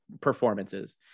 performances